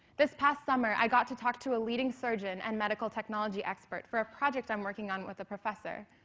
this past summer i got to talk to a leading surgeon and medical technology expert for a project i'm working on with a professor,